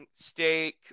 steak